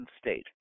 State